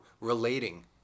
relating